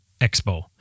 expo